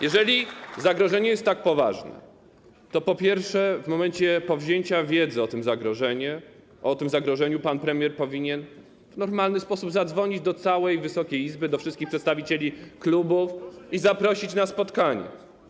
Jeżeli zagrożenie jest tak poważne, to po pierwsze, w momencie powzięcia wiedzy o tym zagrożeniu pan premier powinien w normalny sposób zadzwonić do całej Wysokiej Izby, do wszystkich przedstawicieli klubów i zaprosić na spotkanie.